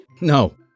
No